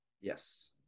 Yes